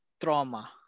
Trauma